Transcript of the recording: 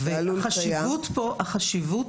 החשיבות